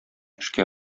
эшкә